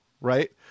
right